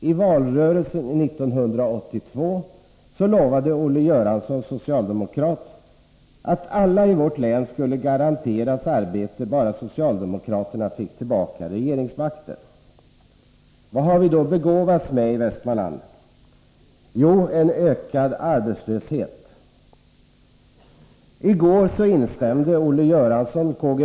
I valrörelsen 1982 lovade Olle Göransson, socialdemokrat, att alla i vårt län skulle garanteras arbete, bara socialdemokraterna fick tillbaka regeringsmakten. Vad har vi då begåvats med i Västmanland? Jo, en ökad arbetslöshet. I går instämde Olle Göransson, K.-G.